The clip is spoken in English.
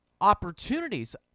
opportunities